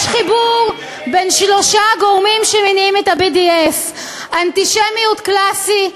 יש חיבור בין שלושה גורמים שמניעים את ה-BDS: אנטישמיות קלאסית,